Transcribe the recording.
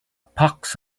pox